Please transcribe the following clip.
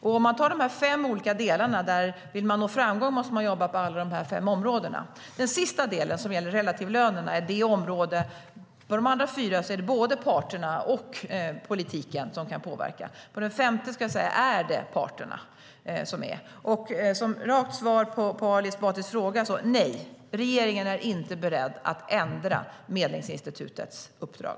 Om man vill nå framgång måste man jobba på alla dessa fem områden. På de första fyra områdena är det både parterna och politiken som kan påverka. På den sista delen, som gäller relativlönerna, är det parterna som gäller. Jag ska ge ett rakt svar på Ali Esbatis fråga: Nej, regeringen är inte beredd att ändra Medlingsinstitutets uppdrag.